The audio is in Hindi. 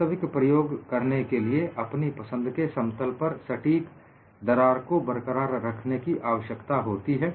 वास्तविक प्रयोग करने के लिए अपनी पसंद के समतल पर सटीक दरार को बरकरार रखने की आवश्यकता होती है